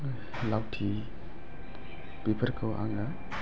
लावथि बेफोरखौ आङो